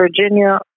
Virginia